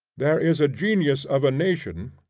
there is a genius of a nation,